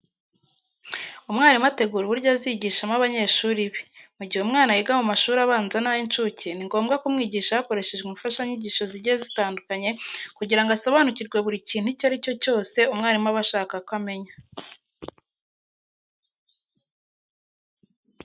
Umwarimu ategura uburyo azigishamo abanyeshuri be. Mu gihe umwana yiga mu mashuri abanza n'ay'incuke, ni ngombwa kumwigisha hakoreshejwe imfashanyigisho zigiye zitandukanye kugira ngo asobanukirwe buri kintu icyo ari cyo cyose umwarimu aba ashaka ko amenya.